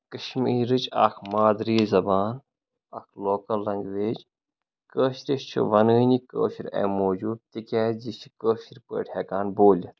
کَشمیٖرٕچ اَکھ مادری زَبان اَکھ لوکَل لنٛگویج کٲشرِس چھِ وَنٲنی کٲشُر امۍ موٗجوٗب تِکیٛازِ یہِ چھِ کٲشٕر پٲٹھۍ ہٮ۪کان بولِتھ